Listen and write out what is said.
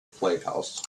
playhouse